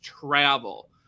travel